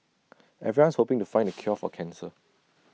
everyone's hoping to find the cure for cancer